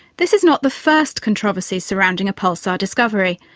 this is not the first controversy surrounding a pulsar discovery.